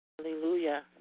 Hallelujah